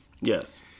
Yes